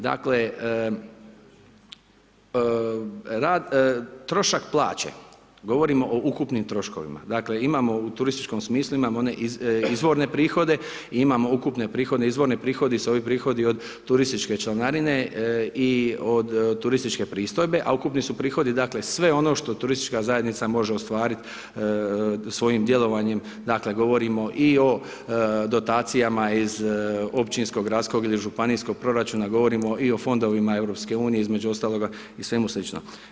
Dakle, trošak plaće, govorimo o ukupnim troškovima, dakle, u turističkom smislu imamo izvorne prihode i imamo ukupne prihode, izvorni prihodi su ovi prihodi od turističke članarine i od turističke pristojbe, a ukupni su prihodi dakle, sve ono što turistička zajednica može ostvariti svojim djelovanjem, dakle, govorimo i o dotacijama iz općinskog … ili županijskog proračuna, govorimo i o fondovima EU, između ostaloga i svemu slično.